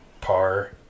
par